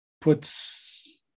puts